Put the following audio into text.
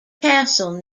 castle